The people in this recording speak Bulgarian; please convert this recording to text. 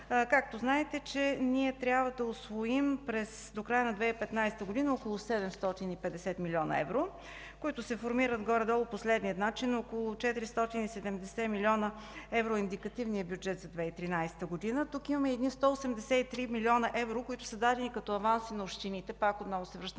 Както знаете, ние трябва да усвоим до края на 2015 г. около 750 млн. евро, които се формират горе-долу по следния начин: около 470 млн. евро е индикативният бюджет за 2013 г. Тук имаме едни 183 млн. евро, които са дадени като аванси на общините. Пак отново се връщаме